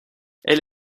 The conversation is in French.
elle